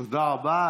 תודה רבה.